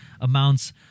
amounts